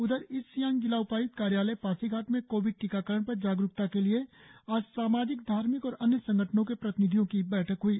उधर ईस्ट सियांग जिला उपायुक्त कार्यालय पासीघाट में कोविड टीकाकरण पर जागरुकता के लिए आज सामाजिक धार्मिक और अन्य संगठनों के प्रतिनिधियों की बैठक हुई